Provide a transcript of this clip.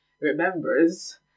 remembers